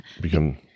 Become